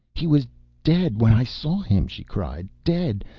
he was dead when i saw him! she cried. dead!